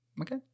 Okay